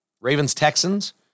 Ravens-Texans